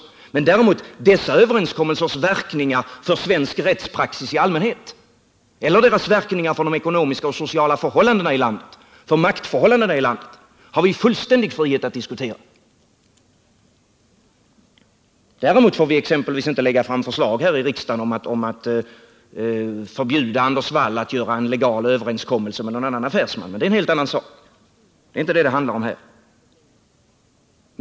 Däremot har vi fullständig frihet att diskutera dessa överenskommelsers verkningar för svensk rättspraxis i allmänhet eller deras verkningar för de ekonomiska och sociala förhållandena, för maktförhållandena i landet. Men vi får exempelvis inte lägga fram förslag här i riksdagen om att förbjuda Anders Wall att träffa en legal överenskommelse med någon annan affärsman, men det är en helt annan sak — det är inte detta det handlar om här.